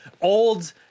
old